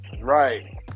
Right